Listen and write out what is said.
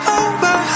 over